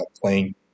playing